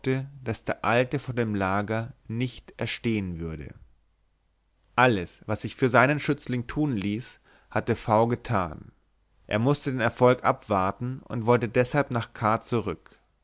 daß der alte von dem lager nicht erstehen werde alles was sich für seinen schützling tun ließ hatte v getan er mußte ruhig den erfolg abwarten und wollte deshalb nach k zurück